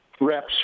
reps